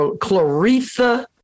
clarissa